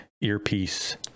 earpiece